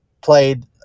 played